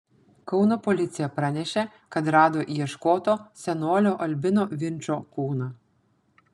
kauno policija pranešė kad rado ieškoto senolio albino vinčo kūną